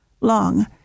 long